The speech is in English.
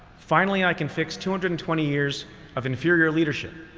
finally i can fix two hundred and twenty years of inferior leadership.